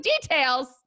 details